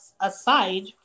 aside